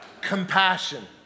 Compassion